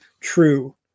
true